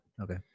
okay